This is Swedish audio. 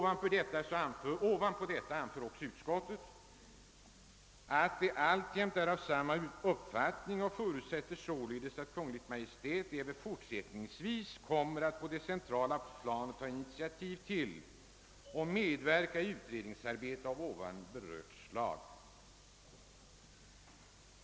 Dessutom anför utskottet att det »alltjämt är av samma uppfattning och förutsätter således att Kungl. Maj:t även fortsättningsvis kommer att på det centrala planet ta initiativ till och medverka i utredningsarbete av ovan berört slag».